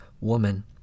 woman